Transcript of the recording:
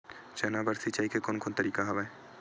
चना बर सिंचाई के कोन कोन तरीका हवय?